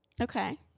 Okay